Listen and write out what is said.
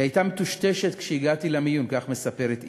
היא הייתה מטושטשת כשהגעתי למיון, כך מספרת אימה,